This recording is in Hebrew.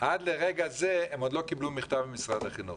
עד לרגע זה הם עוד לא קיבלו מכתב ממשרד החינוך.